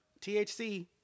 THC